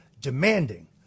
demanding